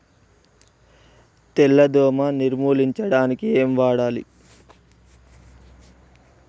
తెల్ల దోమ నిర్ములించడానికి ఏం వాడాలి?